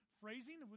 phrasing